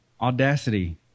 Audacity